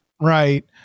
Right